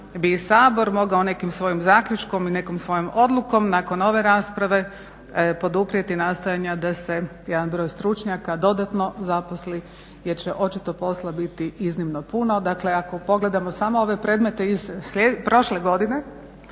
bi i Sabor mogao nekim svojim zaključkom i nekom svojom odlukom nakon ove rasprave poduprijeti nastojanja da se jedan broj stručnjaka dodatno zaposli jer će očito posla biti iznimno puno. Dakle ako pogledamo samo ove predmete iz prošle godine